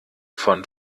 von